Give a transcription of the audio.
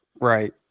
Right